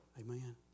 amen